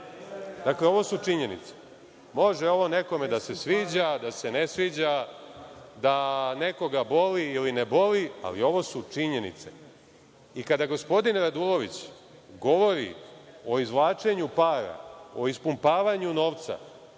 ovo su činjenice. Može ovo nekome da se sviđa, da se ne sviđa, da nekoga boli ili ne boli, ali ovo su činjenice. Kada gospodin Radulović govori o izvlačenju para, o ispumpavanju novca,